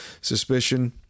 suspicion